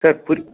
sir Puri